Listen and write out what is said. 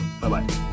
Bye-bye